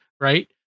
Right